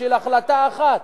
בשל החלטה אחת.